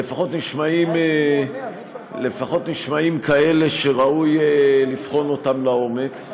לפחות נשמעים כאלה שראוי לבחון אותם לעומק.